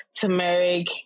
turmeric